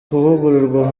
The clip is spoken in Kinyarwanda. kuvugururwa